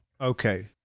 Okay